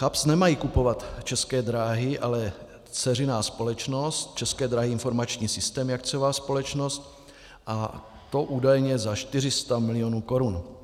CHAPS nemají kupovat České dráhy, ale dceřiná společnost České dráhy Informační systémy, akciová společnost, a to údajně za 400 milionů korun.